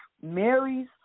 Mary's